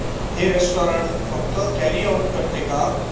हे रेस्टॉरंट फक्त carry out करते का